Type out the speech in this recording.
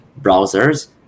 browsers